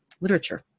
literature